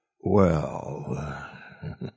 Well